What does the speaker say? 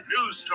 News